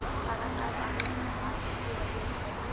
लगातार बारिश होबार की वजह छे?